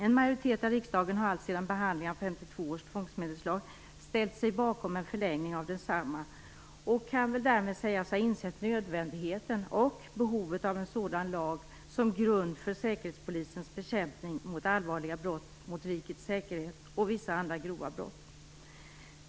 En majoritet av riksdagen har alltsedan behandlingen av 1952 års tvångsmedelslag ställt sig bakom en förlängning av densamma och kan därmed sägas ha insett nödvändigheten och behovet av en sådan lag som grund för Säkerhetspolisens bekämpning av allvarliga brott mot rikets säkerhet och vissa andra grova brott.